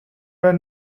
were